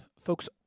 folks